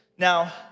Now